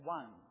one